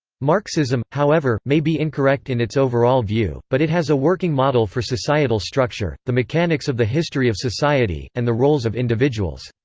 marxism, however, may be incorrect in its overall view, but it has a working model for societal structure, the mechanics of the history of society, and the roles of individuals.